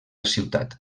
ciutat